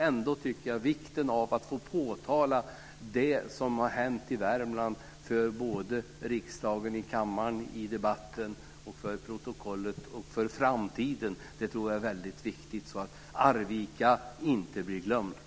Ändå tycker jag att det är väldigt viktigt att få påtala det som har hänt i Värmland för riksdagen, i kammaren och i debatten, för protokollet och för framtiden, så att Arvika inte blir glömt.